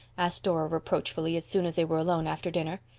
asked dora reproachfully, as soon as they were alone after dinner.